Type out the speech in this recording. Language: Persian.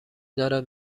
دارد